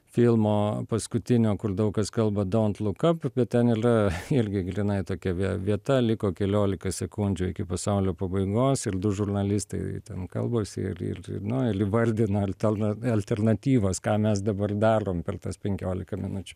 filmo paskutinio kur daug kas kalba dont look up bet ten ylia ilgi grynai tokia vie vieta liko keliolika sekundžių iki pasaulio pabaigos ir du žurnalistai ten kalbasi ir ir ir na ir įvardina altelna alternatyvas ką mes dabar darom per tas penkiolika minučių